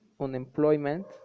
unemployment